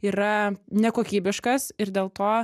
yra nekokybiškas ir dėl to